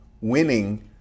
winning